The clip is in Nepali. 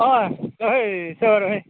अँ ल है सेवारो है